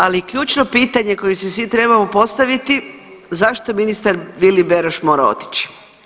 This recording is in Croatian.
Ali ključno pitanje koje si svi trebamo postaviti, zašto ministar Vili Beroš mora otići.